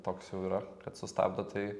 toks jau yra kad sustabdo tai